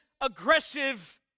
aggressive